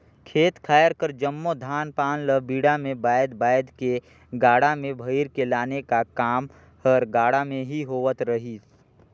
खेत खाएर कर जम्मो धान पान ल बीड़ा मे बाएध बाएध के गाड़ा मे भइर के लाने का काम हर गाड़ा मे ही होवत रहिस